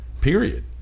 period